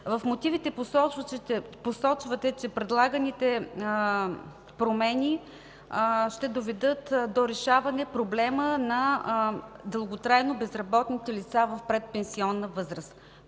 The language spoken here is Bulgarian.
В мотивите посочвате, че предлаганите промени ще доведат до решаване проблема на дълготрайно безработните лица в предпенсионна възраст.